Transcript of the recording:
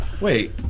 Wait